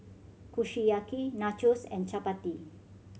Kushiyaki Nachos and Chapati